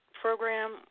program